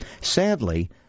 Sadly